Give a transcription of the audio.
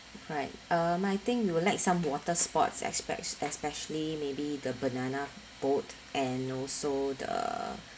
alright um I think we would like some water sports espec~ especially maybe the banana boat and also the